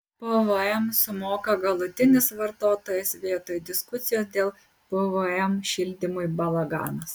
pvm sumoka galutinis vartotojas vietoj diskusijos dėl pvm šildymui balaganas